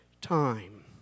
time